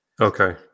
Okay